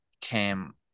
came